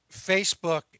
Facebook